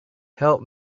help